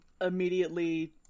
immediately